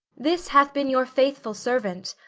this hath been your faithful servant.